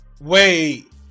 Wait